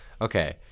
Okay